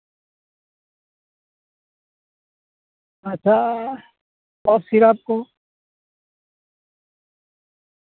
ᱟᱪᱪᱷᱟ cough syrup ᱠᱚ